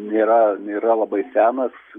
nėra nėra labai senas